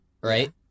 Right